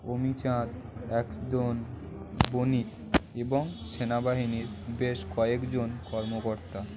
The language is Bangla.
অমিচাঁদ একজন বনিক এবং সেনাবাহিনীর বেশ কয়েকজন কর্মকর্তা